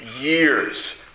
years